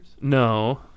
No